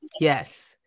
Yes